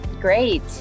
Great